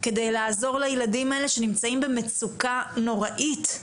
כדי לעזור לילדים האלה שנמצאים במצוקה נוראית,